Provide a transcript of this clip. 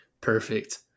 Perfect